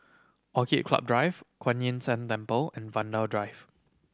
Orchid Club Drive Kuan Yin San Temple and Vanda Drive